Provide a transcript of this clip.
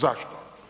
Zašto?